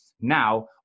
now